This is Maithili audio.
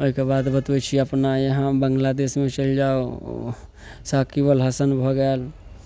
ओहिके बाद बतबै छी अपना यहाँ बांग्लादेशमे चलि जाउ शाकिबल हसन भऽ गेल